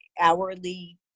hourly